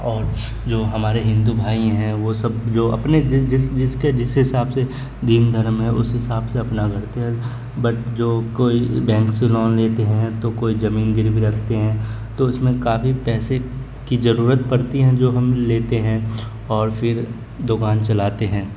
اور جو ہمارے ہندو بھائی ہیں وہ سب جو اپنے جس جس جس کے جس حساب سے دین دھرم ہے اس حساب سے اپنا کرتے ہیں بٹ جو کوئی بینک سے لون لیتے ہیں تو کوئی زمین گروی بھی رکھتے ہیں تو اس میں کافی پیسے کی ضرورت پڑتی ہیں جو ہم لیتے ہیں اور پھر دوکان چلاتے ہیں